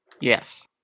Yes